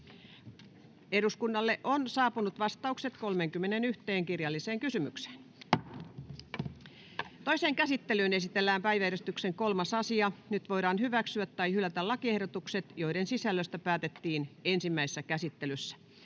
kolme lausumaehdotusta. — Selonteko ruotsiksi. Toiseen käsittelyyn esitellään päiväjärjestyksen 5. asia. Nyt voidaan hyväksyä tai hylätä lakiehdotus, jonka sisällöstä päätettiin ensimmäisessä käsittelyssä.